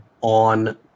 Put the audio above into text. on